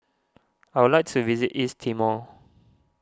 I would like to visit East Timor